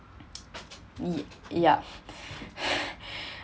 ya